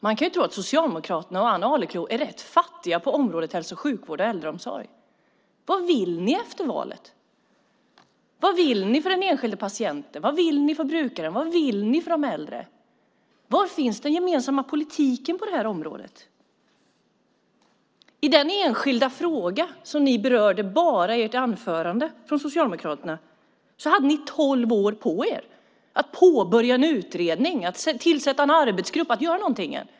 Man kan tro att Socialdemokraterna och Ann Arleklo är rätt fattiga på området hälso och sjukvård och äldreomsorg. Vad vill ni efter valet? Vad vill ni för den enskilde patienten? Vad vill ni för brukaren? Vad vill ni för de äldre? Var finns den gemensamma politiken på området? I den enskilda fråga som ni berörde bara i ert anförande från Socialdemokraterna hade ni tolv år på er att påbörja en utredning, att tillsätta en arbetsgrupp och att göra någonting.